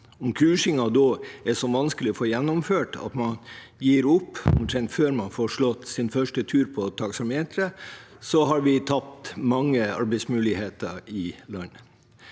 Om kursingen da er så vanskelig å få gjennomført at man gir opp omtrent før man får slått sin første tur på taksameteret, har vi tapt mange arbeidsmuligheter i landet.